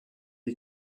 est